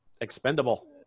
expendable